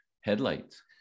headlights